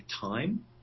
time